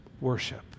worship